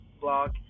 blog